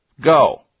Go